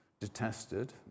detested